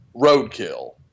roadkill